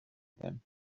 them